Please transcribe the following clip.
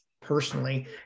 personally